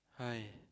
!aiya!